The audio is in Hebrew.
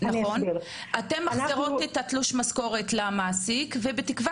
אתן מחזירות את תלוש המשכורת למעסיק בתקווה